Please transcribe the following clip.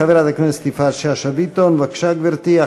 חברת הכנסת יפעת שאשא ביטון, בבקשה, גברתי.